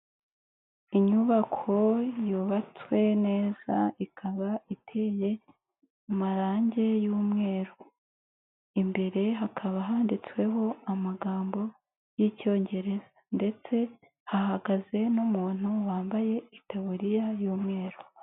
Inyubako yubatswe neza ikaba iteye amarange y'umweru, imbere hakaba handitsweho amagambo y'Icyongereza ndetse hahagaze n'umuntu wambaye itaburiya y'umweru.